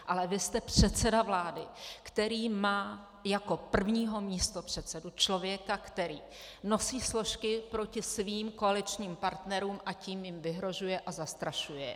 Ale vy jste předseda vlády, který má jako prvního místopředsedu člověka, který nosí složky proti svým koaličním partnerům a tím jim vyhrožuje a zastrašuje je.